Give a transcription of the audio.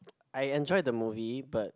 I enjoyed the movie but